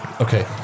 Okay